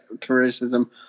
criticism